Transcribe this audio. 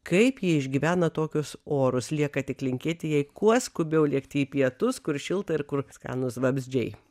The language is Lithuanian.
kaip ji išgyvena tokius orus lieka tik linkėti jai kuo skubiau lėkti į pietus kur šilta ir kur skanūs vabzdžiai